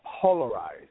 polarized